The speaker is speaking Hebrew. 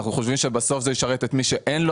ואנחנו חושבים שבסוף זה ישרת את מי שאין לו